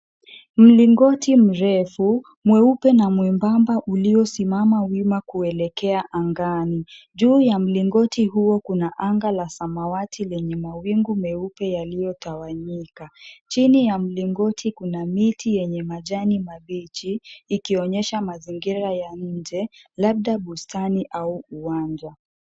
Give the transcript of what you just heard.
Mlingoti mrefu, mweupe na mwembamba uliosimama wima kuelekea angani. Juu ya mlingoti huo kuna anga la samawati lenye mawingu meupe yaliyotawanyika. Chini ya mlingoti kuna miti yenye majani mabichi, ikionyesha mazingira ya nje labda bustani au uwanja.